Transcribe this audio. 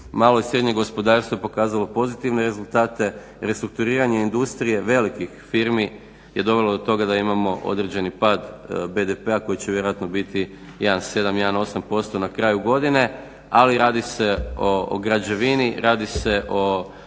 malo i srednje gospodarstvo je pokazalo pozitivne rezultate restrukturiranja industrije velikih firmi je dovelo do toga da imamo određeni pad BDP-a koji će vjerojatno biti 1,7, 1-8 % na kraju godine ali radi se o građevini, radi se o